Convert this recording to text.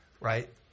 Right